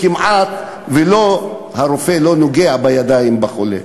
הרופא כמעט לא נוגע בידיים בחולה.